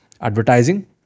advertising